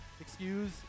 excuse